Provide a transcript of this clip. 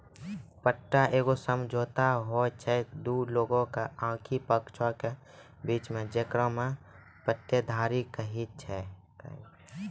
पट्टा एगो समझौता होय छै दु लोगो आकि पक्षों के बीचो मे जेकरा पट्टेदारी कही छै